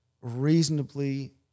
reasonably